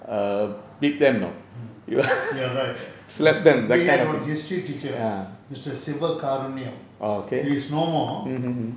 mm you're right history teacher mister siva kaarunniyam he's no more